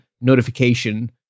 notification